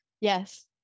yes